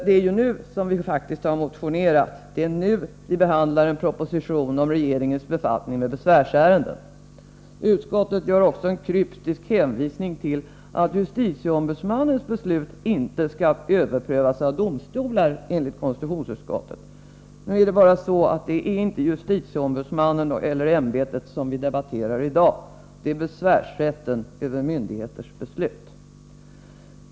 Det är faktiskt nu vi har motionerat, det är nu vi behandlar en proposition om regeringens befattning med besvärsärenden. Konstitutionsutskottet gör också en kryptisk hänvisning till att justitieombudsmannens beslut inte skall överprövas av domstolar. Men nu är det inte justitieombudsmannen eller det ämbetet som vi debatterar i dag, utan det är rätten att anföra besvär över myndigheters beslut.